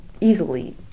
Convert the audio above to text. easily